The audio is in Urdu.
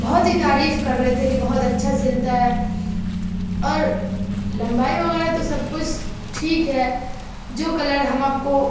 بہت ہی تعریف کر رہے تھے کہ بہت اچھا سلتا ہے اور لمبائی وغیرہ تو سب کچھ ٹھیک ہے جو کلر ہم آپ کو